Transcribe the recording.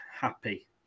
happy